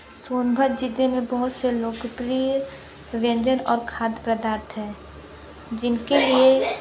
सोनभद्र जिले में बहुत से लोकप्रिय व्यंजन और खाद्य पदार्थ है जिनके लिए